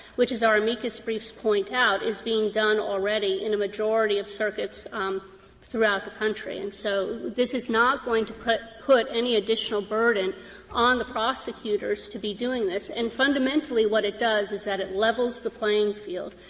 which, as our amicus briefs point out, is being done already in the majority of circuits um throughout the country. and so this is not going to put put any additional burden on the prosecutors to be doing this, and fundamentally what it does is that it levels the playing field,